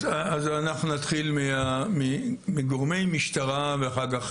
אז אנחנו נתחיל מגורמי משטרה ואחר כך